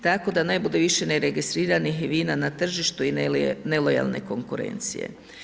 Tako da ne bude više neregistriranih vina na tržištu i nelojalne konkurencije.